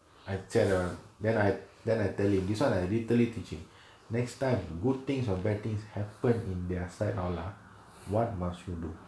அஞ்சாதவன்:anjaathavan then I then I tell him this [one] like literally teaching next time good things or bad things happen in their side oh lah what must you do